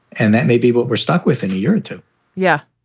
and that may be what we're stuck with in a year or two yeah,